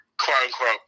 quote-unquote